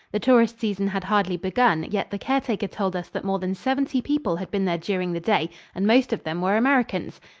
the tourist season had hardly begun, yet the caretaker told us that more than seventy people had been there during the day and most of them were americans.